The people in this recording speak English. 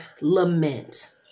lament